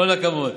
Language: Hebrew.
כל הכבוד.